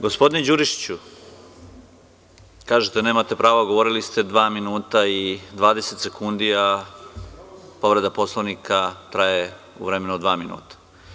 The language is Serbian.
Gospodine Đurišiću, kažete da nemate pravo, a govorili ste dva minuta i 20 sekundi, a povreda Poslovnika traje u vremenu od dva minuta.